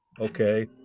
Okay